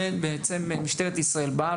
בעצם משטרת ישראל באה,